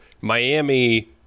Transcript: Miami